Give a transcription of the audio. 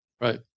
Right